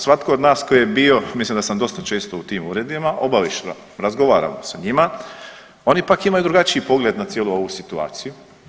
Svatko od nas koji je bio, mislim da sam dosta često u tim uredima, … razgovaramo sa njima, oni pak imaju drugačiji pogled na cijelu ovu situaciju.